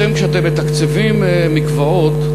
כשאתם מתקצבים מקוואות,